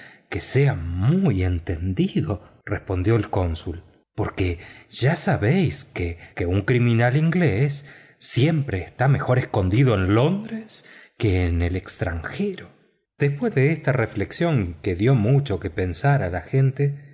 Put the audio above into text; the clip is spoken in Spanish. que sea muy entendido respondió el cónsul porque ya sabéis que un criminal inglés siempre está mejor escondido en londres que en el extranjero después de esta reflexión que dio mucho que pensar al agente